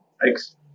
Thanks